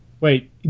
Wait